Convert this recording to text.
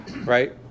right